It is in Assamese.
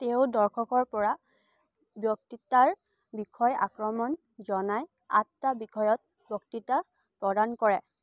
তেওঁ দৰ্শকৰ পৰা বক্তৃতাৰ বিষয় আক্ৰমণ জনাই আঠটা বিষয়ত বক্তৃতা প্ৰদান কৰে